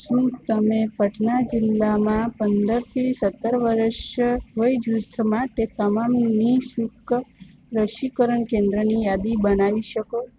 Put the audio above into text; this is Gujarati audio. શું તમે પટના જિલ્લામાં પંદરથી સત્તર વર્ષ વય જૂથ માટે તમામ નિ શુલ્ક રસીકરણ કેન્દ્રની યાદી બનાવી શકો